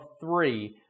three